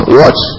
watch